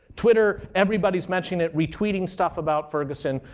twitter. everybody's mentioning it. retweeting stuff about ferguson.